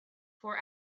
for